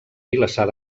vilassar